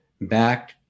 back